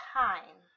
time